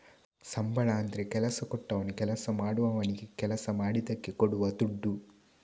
ಸಂಬಳ ಅಂದ್ರೆ ಕೆಲಸ ಕೊಟ್ಟವನು ಕೆಲಸ ಮಾಡುವವನಿಗೆ ಕೆಲಸ ಮಾಡಿದ್ದಕ್ಕೆ ಕೊಡುವ ದುಡ್ಡು